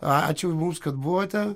ačiū mums kad buvote